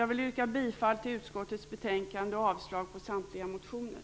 Jag yrkar bifall till utskottets hemställan i betänkandet och avslag på samtliga motioner.